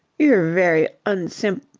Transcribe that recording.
you're very unsymp.